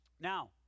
Now